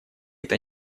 это